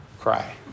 Cry